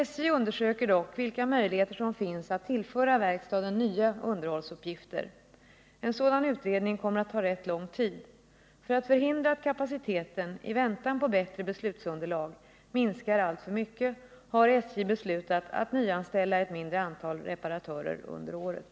SJ undersöker dock vilka möjligheter som finns att tillföra verkstaden nya underhållsuppgifter. En sådan utredning kommer att ta rätt lång tid. För att förhindra att kapaciteten, i väntan på bättre beslutsunderlag, minskar alltför mycket har SJ beslutat att nyanställa ett mindre antal reparatörer under året.